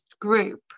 group